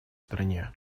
стране